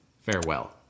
farewell